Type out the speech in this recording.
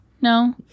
no